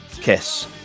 kiss